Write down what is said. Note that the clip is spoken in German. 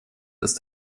ist